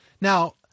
Now